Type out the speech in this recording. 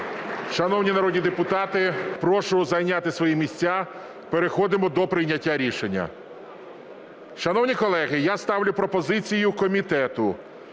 Шановні народні депутати, прошу зайняти свої місця, переходимо до прийняття рішення. Шановні колеги, я ставлю пропозицію комітету